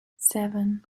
seven